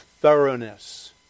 thoroughness